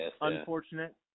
unfortunate